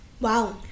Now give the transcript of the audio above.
Wow